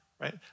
right